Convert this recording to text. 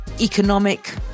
economic